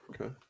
Okay